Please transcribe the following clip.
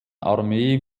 armee